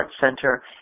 center